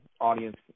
audience